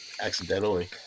Accidentally